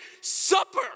supper